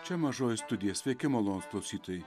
čia mažoji studija sveiki malonūs klausytojai